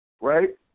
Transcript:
Right